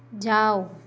ਜਾਓ